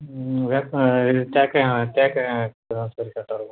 வேப்ப இது தேக்கு தேக்கு தான் சார் கரெக்டாக இருக்கும்